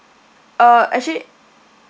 uh actually